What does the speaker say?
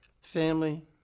Family